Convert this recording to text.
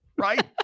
right